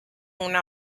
una